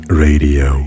radio